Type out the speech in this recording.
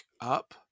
up